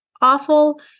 awful